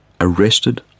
arrested